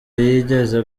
yigeze